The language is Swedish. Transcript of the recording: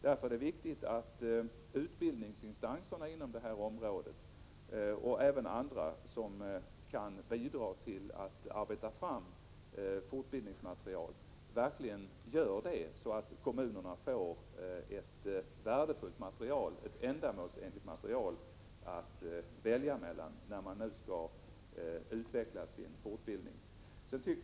Därför är det viktigt att utbildningsinstanserna inom det här området, och även andra som kan bidra till att arbeta fram fortbildningsmaterial, verkligen gör detta så att kommunerna får ett värdefullt och ändamålsenligt material att välja bland när de nu skall utveckla sin fortbildningsverksamhet.